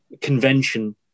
convention